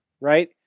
right